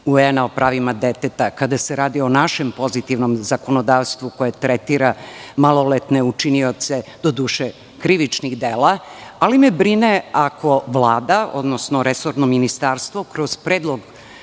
UN o pravima deteta, kada se radi o našem pozitivnom zakonodavstvu koje tretira maloletne učinioce, doduše krivičnih dela, ali me brine ako Vlada, odnosno resorno ministarstvo kroz Predlog